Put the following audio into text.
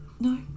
No